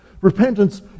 Repentance